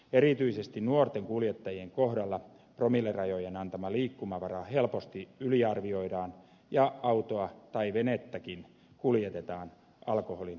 erityisesti nuorten kuljettajien kohdalla promillerajojen antama liikkumavara helposti yliarvioidaan ja autoa tai venettäkin kuljetetaan alkoholin vaikutuksen alaisena